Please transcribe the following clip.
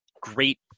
great